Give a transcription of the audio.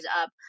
up